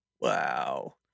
Wow